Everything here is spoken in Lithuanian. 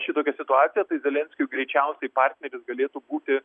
šitokia situacija tai zelenskiui greičiausiai partneris galėtų būti